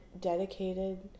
dedicated